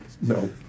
No